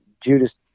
Judas